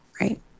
right